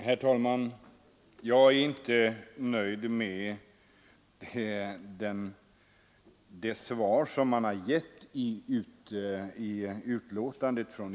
Herr talman! Jag är inte nöjd med det svar som man har gett i betänkandet.